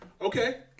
Okay